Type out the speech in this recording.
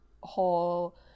whole